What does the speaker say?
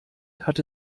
hat